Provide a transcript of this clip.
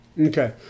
Okay